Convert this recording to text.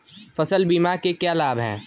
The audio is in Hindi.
फसल बीमा के क्या लाभ हैं?